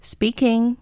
Speaking